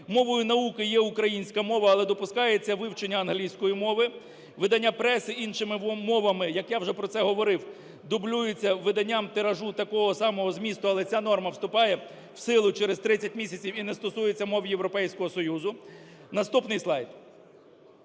мовою науки є українська мова, але допускається вивчення англійської мови. Видання преси іншими мовами, як я вже про це говорив, дублюється виданням тиражу такого самого змісту, але ця норма вступає в силу через 30 місяців і не стосується мов Європейського Союзу. Наступний слайд.